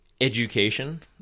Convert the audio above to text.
education